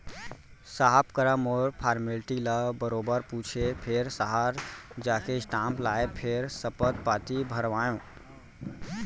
साहब करा मोर फारमेल्टी ल बरोबर पूछें फेर सहर जाके स्टांप लाएँ फेर सपथ पाती भरवाएंव